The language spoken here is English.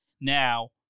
Now